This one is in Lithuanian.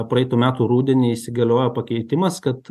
praeitų metų rudenį įsigaliojo pakeitimas kad